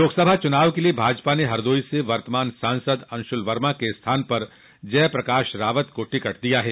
लोकसभा चुनाव के लिए भाजपा ने हरदोई से वर्तमान सांसद अंशूल वर्मा के स्थान पर जय प्रकाश रावत को टिकट दिया है